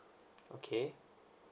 okay